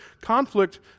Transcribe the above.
conflict